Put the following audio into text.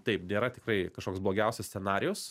taip nėra tikrai kažkoks blogiausias scenarijus